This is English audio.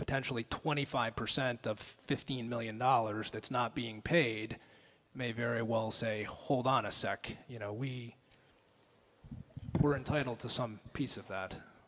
potentially twenty five percent of fifteen million dollars that's not being paid may very well say hold on a sec you know we were entitled to some piece of